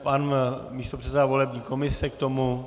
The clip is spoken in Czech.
Pan místopředseda volební komise k tomu?